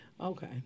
Okay